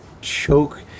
choke